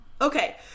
okay